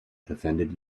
offended